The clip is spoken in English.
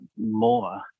more